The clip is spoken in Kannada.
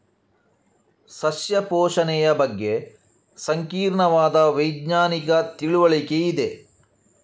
ಸಸ್ಯ ಪೋಷಣೆಯ ಬಗ್ಗೆ ಸಂಕೀರ್ಣವಾದ ವೈಜ್ಞಾನಿಕ ತಿಳುವಳಿಕೆ ಇದೆ